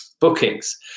bookings